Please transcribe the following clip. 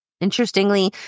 Interestingly